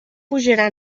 pujarà